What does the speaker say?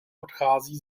odchází